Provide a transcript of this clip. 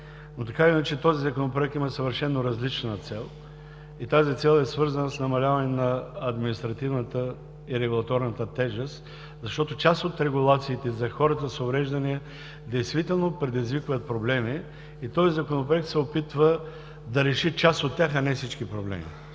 Но така или иначе този Законопроект има съвършено различна цел и тя е свързана с намаляване на административната и регулаторната тежест, защото част от регулациите за хората с увреждания действително предизвиква проблеми и този Законопроект се опитва да реши част от тях, а не всички.